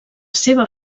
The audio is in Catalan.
seva